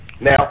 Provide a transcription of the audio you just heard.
Now